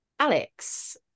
Alex